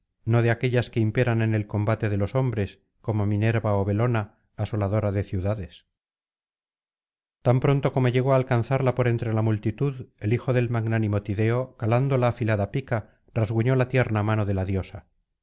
no de aquellas que imperan en el combate de los hombres como minerva ó belona asoladora de ciudades tan pronto como llegó á alcanzarla por entre la multitud el hijo del magnánimo tideo calando la afilada pica rasguñó la tierna mano de la diosa